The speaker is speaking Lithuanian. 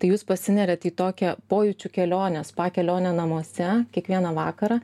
tai jūs pasineriat į tokią pojūčių kelionę spa kelionę namuose kiekvieną vakarą